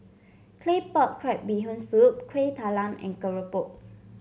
Claypot Crab Bee Hoon Soup Kueh Talam and keropok